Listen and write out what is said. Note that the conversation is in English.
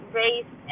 race